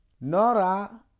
Nora